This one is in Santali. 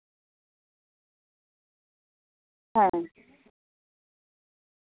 ᱦᱮᱸ